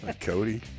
Cody